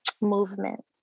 movement